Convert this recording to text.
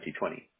2020